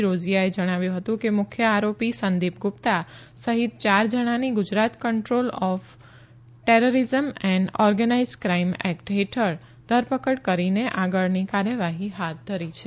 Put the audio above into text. રોઝીયાએ જણાવ્યું હતું કે મુખ્ય આરોપી સંદીપ ગુપ્તા સહિત ચાર જણાની Gujarat control of terrorism and organised crime act હેઠળ ધરપકડ કરીને આગળની કાર્યવાહી હાથ ધરી છે